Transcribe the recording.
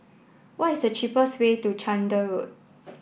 what is the cheapest way to Chander Road